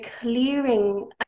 clearing